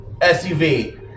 suv